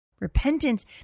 Repentance